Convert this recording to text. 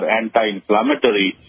anti-inflammatory